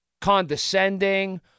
Condescending